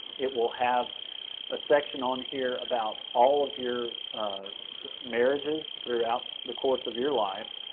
it will have a section on here about all of your marriages throughout the course of your life,